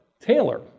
Taylor